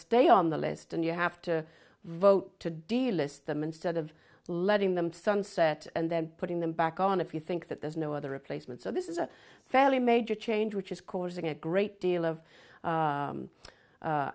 stay on the list and you have to vote to delist them instead of letting them sunset and then putting them back on if you think that there's no other replacement so this is a fairly major change which is causing a great deal of